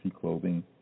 Clothing